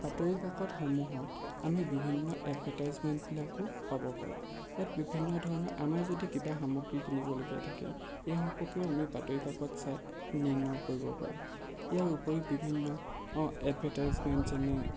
বাতৰি কাকতসমূহত আমি বিভিন্ন এডভাৰ্টাইজমেণ্টবিলাকো পাব পাৰোঁ ইয়াত বিভিন্ন ধৰণৰ আমাৰ যদি কিবা সামগ্ৰী কিনিবলগীয়া থাকে এই সম্পৰ্কীয় আমি বাতৰি কাকত চাই নিৰ্ণয় কৰিব পাৰোঁ ইয়াৰ উপৰি বিভিন্ন এডভাৰ্টাইজমেণ্ট যেনে